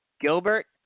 Gilbert